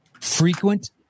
frequent